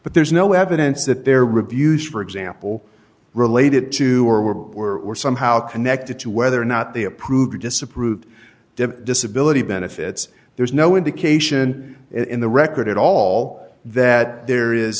but there's no evidence that their reviews for example related to or but were somehow connected to whether or not they approved or disapproved disability benefits there's no indication in the record at all that there is